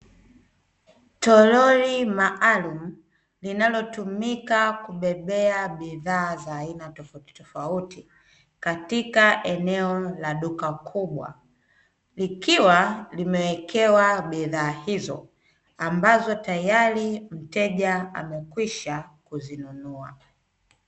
Toroli maalumu linalotumika kubebea bidhaa za aina tofautitofauti katika eneo la duka kubwa, likiwa limewekewa bidhaa hizo ambazo tayari mteja amekwisha kuzinunua.